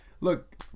look